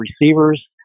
receivers